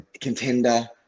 Contender